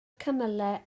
cymylau